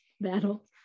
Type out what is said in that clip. battle